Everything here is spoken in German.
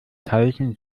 teilchen